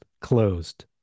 closed